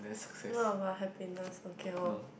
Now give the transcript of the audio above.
not about happiness okay lor